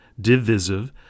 divisive